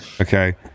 Okay